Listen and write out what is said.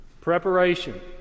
Preparation